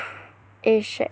eh shag